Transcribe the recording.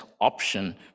option